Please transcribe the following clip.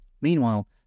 Meanwhile